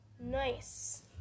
Nice